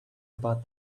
about